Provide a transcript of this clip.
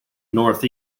north